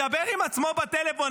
מדבר עם עצמו בטלפון,